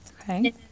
Okay